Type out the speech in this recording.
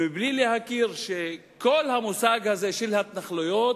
ובלי להכיר שכל המושג הזה של התנחלויות